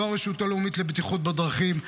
לא הרשות הלאומית לבטיחות בדרכים.